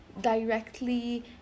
directly